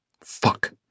Fuck